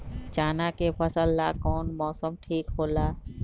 चाना के फसल ला कौन मौसम ठीक होला?